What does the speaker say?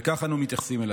וכך אנו מתייחסים אליו.